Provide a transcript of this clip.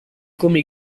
come